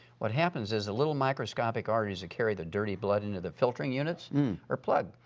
what happens is, the little microscopic arteries that carry the dirty blood into the filtering units are plugged.